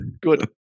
Good